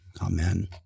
Amen